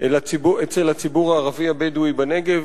אצל הציבור הערבי הבדואי בנגב,